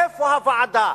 איפה הוועדה,